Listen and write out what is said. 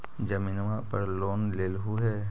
जमीनवा पर लोन लेलहु हे?